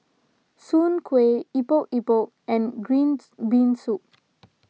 Soon Kueh Epok Epok and Green Bean Soup